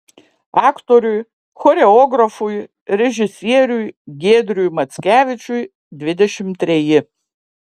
aktoriui choreografui režisieriui giedriui mackevičiui dvidešimt treji